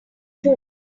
too